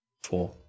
four